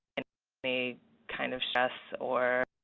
and a kind of stress or